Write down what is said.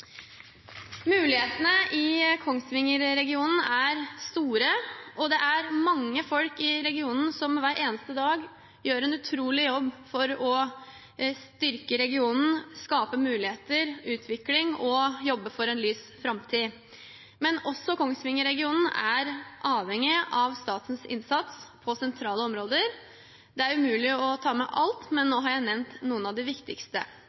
Mulighetene i Kongsvinger-regionen er store, og det er mange folk i regionen som hver eneste dag gjør en utrolig jobb for å styrke regionen, skape muligheter og utvikling og jobbe for en lys framtid. Men også Kongsvinger-regionen er avhengig av statens innsats på sentrale områder. Det er umulig å ta med alt, men nå har jeg nevnt noen av de viktigste.